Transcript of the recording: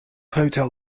hotel